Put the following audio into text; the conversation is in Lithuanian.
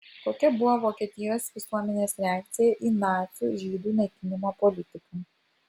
kokia buvo vokietijos visuomenės reakcija į nacių žydų naikinimo politiką